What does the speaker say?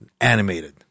animated